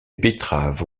betteraves